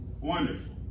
wonderful